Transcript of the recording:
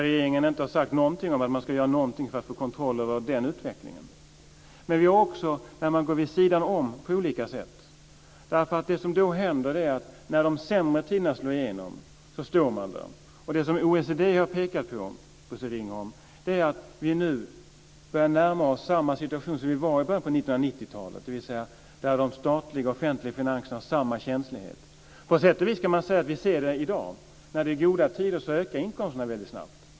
Regeringen har inte sagt någonting om hur man ska få kontroll över den utvecklingen. Man går också vid sidan om på olika sätt. Det som då händer är att man står där när det är sämre tider. Det som OECD har pekat på, Bosse Ringholm, är att vi nu börjar närma oss samma situation som vi var i i början på 1990-talet. De statliga offentliga finanserna har samma känslighet. På sätt och vis kan man säga att vi ser det i dag. När det är goda tider ökar inkomsterna väldigt snabbt.